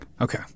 Okay